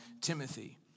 Timothy